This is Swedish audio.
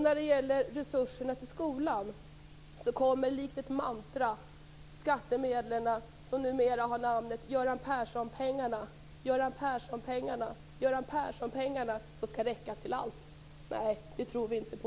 När det gäller resurserna till skolan kommer likt ett mantra: Skattemedlen, som numera har namnet Göran Persson-pengarna, skall räcka till allt. Nej, det tror vi inte på.